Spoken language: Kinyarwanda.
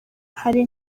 hari